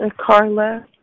Carla